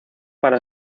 para